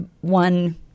one